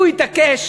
הוא יתעקש